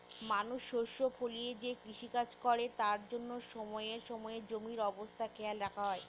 মানুষ শস্য ফলিয়ে যে কৃষিকাজ করে তার জন্য সময়ে সময়ে জমির অবস্থা খেয়াল রাখা হয়